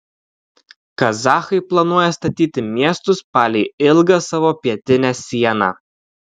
kazachai planuoja statyti miestus palei ilgą savo pietinę sieną